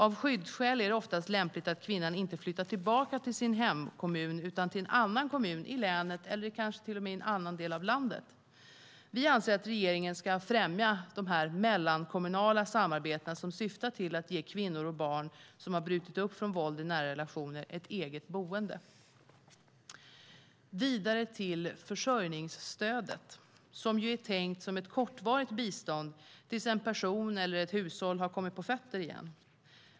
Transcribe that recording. Av skyddsskäl är det oftast lämpligt att kvinnan inte flyttar tillbaka till sin hemkommun utan till en annan kommun i länet eller kanske till och med en annan del av landet. Vi anser att regeringen ska främja mellankommunala samarbeten som syftar till att ge kvinnor och barn som har brutit upp från våld i nära relationer ett eget boende. Jag går vidare till försörjningsstödet, som är tänkt som ett kortvarigt bistånd tills en person eller ett hushåll har kommit på fötter igen.